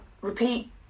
Repeat